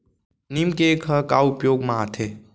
नीम cake ह का उपयोग मा आथे?